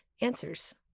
answers